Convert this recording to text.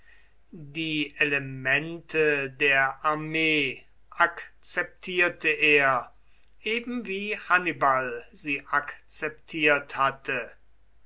die elemente der armee akzeptierte er ebenwie hannibal sie akzeptiert hatte